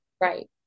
Right